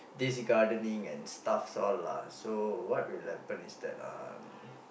basic gardening and stuff all lah so what will happen is that um